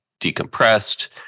decompressed